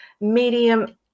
medium